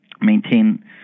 maintain